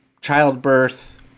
childbirth